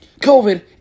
COVID